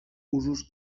usos